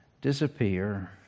disappear